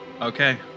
Okay